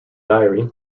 diary